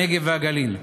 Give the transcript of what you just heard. הנגב והגליל,